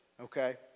okay